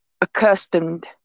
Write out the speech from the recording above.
accustomed